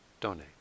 donate